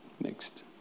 Next